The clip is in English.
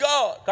God